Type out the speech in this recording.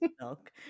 milk